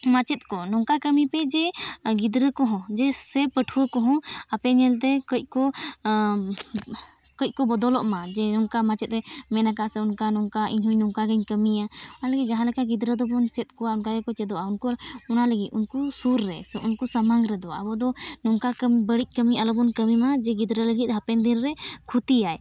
ᱢᱟᱪᱮᱫ ᱠᱚ ᱱᱚᱝᱠᱟ ᱠᱟᱹᱢᱤ ᱯᱮ ᱡᱮ ᱜᱤᱫᱽᱨᱟᱹ ᱠᱚ ᱥᱮ ᱯᱟᱹᱴᱷᱩᱣᱟᱹ ᱠᱚᱦᱚᱸ ᱟᱯᱮ ᱧᱮᱞᱛᱮ ᱠᱟᱹᱡ ᱠᱚ ᱠᱟᱹᱡ ᱠᱚ ᱵᱚᱫᱚᱞᱚᱜ ᱢᱟ ᱚᱱᱠᱟ ᱢᱟᱪᱮᱫ ᱮ ᱢᱮᱱ ᱠᱟᱜᱼᱟ ᱥᱮ ᱚᱱᱠᱟ ᱱᱚᱝᱠᱟ ᱤᱧᱦᱚᱸ ᱱᱚᱝᱠᱟ ᱜᱤᱧ ᱠᱟᱹᱢᱤᱭᱟ ᱚᱱᱟᱜᱮ ᱡᱟᱦᱟᱸ ᱞᱮᱠᱟ ᱜᱤᱫᱽᱨᱟᱹ ᱫᱚᱵᱚᱱ ᱪᱮᱫ ᱠᱚᱣᱟ ᱚᱱᱠᱟ ᱜᱮᱠᱚ ᱪᱮᱫᱚᱜᱼᱟ ᱚᱱᱟ ᱞᱟᱹᱜᱤᱫ ᱩᱱᱠᱩ ᱥᱩᱨ ᱨᱮᱫᱚ ᱩᱱᱠᱩ ᱥᱟᱢᱟᱝ ᱨᱮᱫᱚ ᱟᱵᱚᱫᱚ ᱱᱚᱝᱠᱟ ᱵᱟᱹᱲᱤᱡ ᱠᱟᱹᱢᱤ ᱟᱞᱚᱵᱚᱱ ᱠᱟᱹᱢᱤ ᱢᱟ ᱡᱮ ᱜᱤᱫᱽᱨᱟᱹ ᱞᱟᱹᱜᱤᱫ ᱦᱟᱯᱮᱱ ᱫᱤᱱᱨᱮ ᱠᱷᱚᱛᱤᱭᱟᱭ